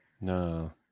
No